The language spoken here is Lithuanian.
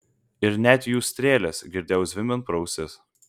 ir net jų strėles girdėjau zvimbiant pro ausis